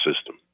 system